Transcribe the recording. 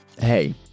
Hey